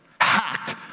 hacked